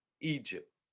Egypt